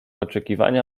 oczekiwania